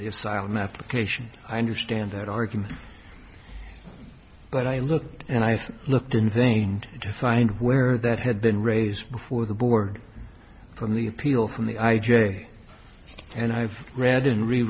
asylum application i understand that argument but i looked and i looked in thing to find where that had been raised before the board from the appeal from the i j a and i read and re